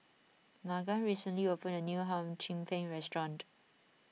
Magan recently opened a new Hum Chim Peng restaurant